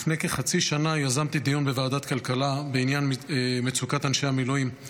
לפני כחצי שנה יזמתי דיון בוועדת הכלכלה בעניין מצוקת אנשי המילואים.